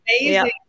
amazing